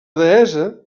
deessa